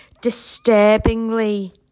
disturbingly